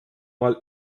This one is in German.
mal